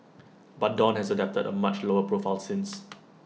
but dawn has adopted A much lower profile since